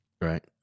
Right